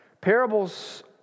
Parables